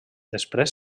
després